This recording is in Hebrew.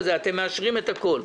אתם מאשרים את הכל.